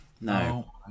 No